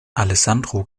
alessandro